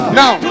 now